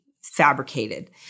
fabricated